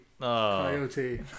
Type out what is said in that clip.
Coyote